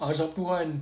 azab tuhan